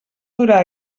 durar